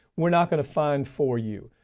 we're not gonna fine for you.